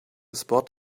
spot